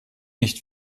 nicht